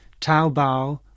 Taobao